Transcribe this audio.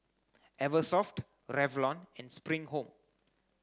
Eversoft Revlon and Spring Home